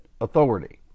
authority